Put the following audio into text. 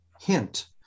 hint